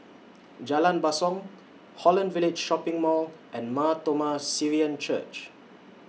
Jalan Basong Holland Village Shopping Mall and Mar Thoma Syrian Church